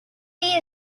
fee